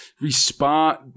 respond